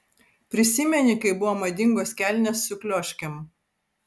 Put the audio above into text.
prisimeni kai buvo madingos kelnės su klioškėm